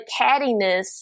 cattiness